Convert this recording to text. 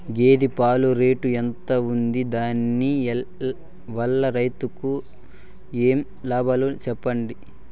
గేదె పాలు రేటు ఎంత వుంది? దాని వల్ల రైతుకు ఏమేం లాభాలు సెప్పండి?